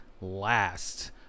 last